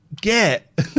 get